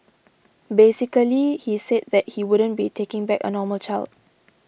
basically he said that he wouldn't be taking back a normal child